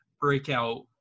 breakout